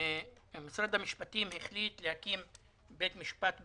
משרד המשפטים החליט להקים בית משפט בטייבה.